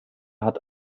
hat